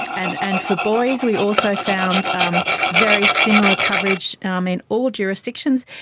and and for boys we also found um very similar coverage um in all jurisdictions,